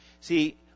See